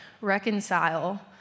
reconcile